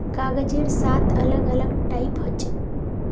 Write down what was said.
कागजेर सात अलग अलग टाइप हछेक